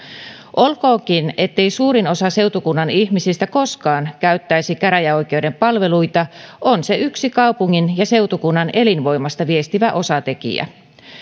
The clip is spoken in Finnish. olkoonkin ettei suurin osa seutukunnan ihmisistä koskaan käyttäisi käräjäoikeuden palveluita on se yksi kaupungin ja seutukunnan elinvoimasta viestivä osatekijä